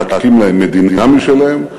להקים להם מדינה משלהם,